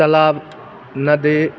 तलाब नदी